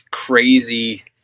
crazy